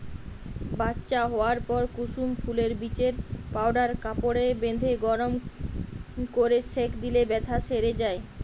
বাচ্চা হোয়ার পর কুসুম ফুলের বীজের পাউডার কাপড়ে বেঁধে গরম কোরে সেঁক দিলে বেথ্যা সেরে যায়